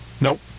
Nope